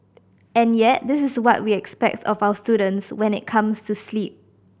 and yet this is what we expect of our students when it comes to sleep